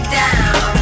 down